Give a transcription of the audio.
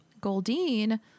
Goldine